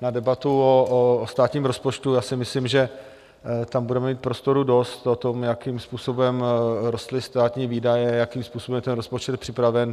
na debatu o státním rozpočtu, já si myslím, že tam budeme mít prostoru dost o tom, jakým způsobem rostly státní výdaje, jakým způsobem je ten rozpočet připraven.